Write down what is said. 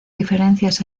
diferencias